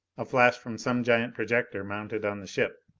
a flash from some giant projector mounted on the ship?